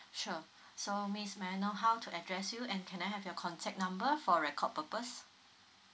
sure so miss may I know how to address you and can I have your contact number for record purpose